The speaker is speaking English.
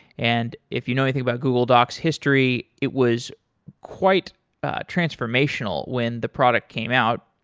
and if you know anything about google docs' history, it was quite transformational when the product came out.